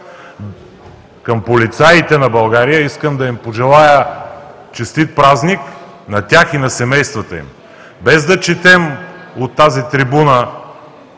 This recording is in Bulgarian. към полицаите на България. Искам да им пожелая: Честит празник, на тях и на семействата им! А не да четем от тази трибуна